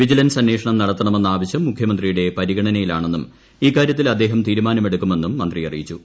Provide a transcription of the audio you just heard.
vigilance അന്വേഷണം നടത്ത്ണമെന്ന ആവശ്യം മുഖ്യമന്ത്രിയുടെ പരിഗണനയിലാണ്ണെന്നും ഇക്കാര്യത്തിൽ അദ്ദേഹം തീരുമാനമെടുക്കുമെന്നും മന്ത്രി അറിയിച്ചു